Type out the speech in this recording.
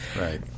Right